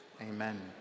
amen